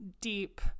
deep